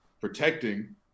protecting